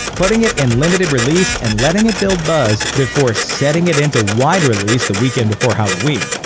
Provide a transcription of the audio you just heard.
putting it in limited release and letting it build buzz before setting it into wide release the weekend before halloween.